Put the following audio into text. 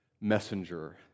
messenger